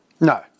No